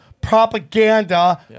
propaganda